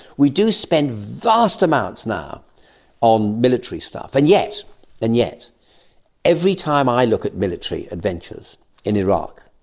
we do spend vast amounts now on military stuff, and yet and yet every time i look at military adventures in iraq,